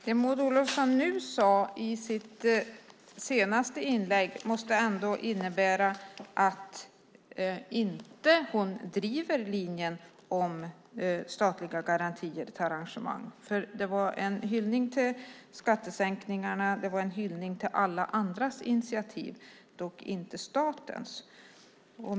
Herr talman! Det Maud Olofsson sade i sitt senaste inlägg måste ändå innebära att hon inte driver linjen om statliga garantier för arrangemang. Det var en hyllning till skattesänkningarna, det var en hyllning till alla andras initiativ, dock inte statens.